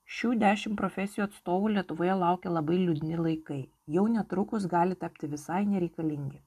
šių dešim profesijų atstovų lietuvoje laukia labai liūdni laikai jau netrukus gali tapti visai nereikalingi